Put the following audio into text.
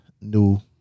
new